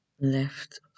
left